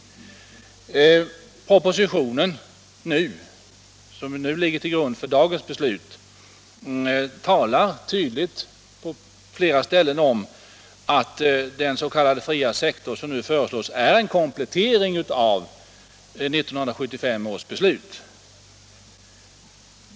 Den proposition som nu ligger till grund för dagens beslut talar tydligt på flera ställen om att den s.k. fria sektor som nu föreslås är en komplettering av 1975 års beslut.